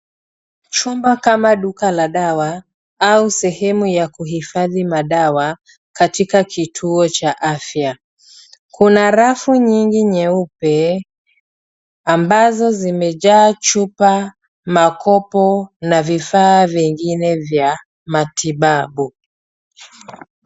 Chumba kama duka la dawa au sehemu ya kuhifadhi madawa katika kituo cha afya. Kuna rafu nyingi nyeupe ambazo zimajaa chupa, makopo na vifaa vingine vya matibabu.